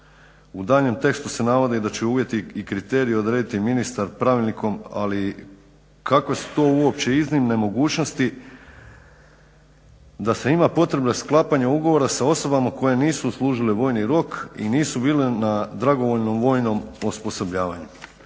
U daljnjem tekstu se navodi da će uvjeti i kriteriji odrediti ministar pravilnikom, ali kakve su to uopće iznimne mogućnosti da se ima potreba sklapanja ugovora sa osobama koje nisu služile vojni rok i nisu bile na dragovoljnom vojnom osposobljavanju.